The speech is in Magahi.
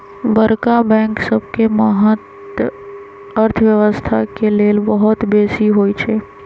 बड़का बैंक सबके महत्त अर्थव्यवस्था के लेल बहुत बेशी होइ छइ